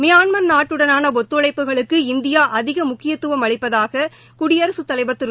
Myanmar நாட்டுடனாள ஒத்துழைப்புகளுக்கு India அதிக முக்கியத்துவம் அளிப்பதாக குடியரசுத் தலைவர் திரு